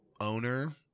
owner